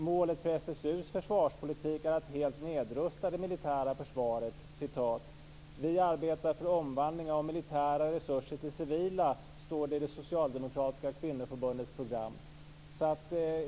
Målet för SSU:s försvarspolitik är att helt nedrusta det militära försvaret. I det socialdemokratiska kvinnoförbundets program står det: Vi arbetar för omvandling av militära resurser till civila.